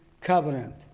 covenant